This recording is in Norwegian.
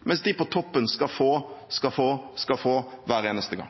mens de på toppen skal få og få og få, hver eneste gang.